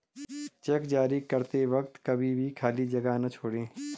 check जारी करते वक्त कभी भी खाली जगह न छोड़ें